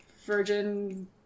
virgin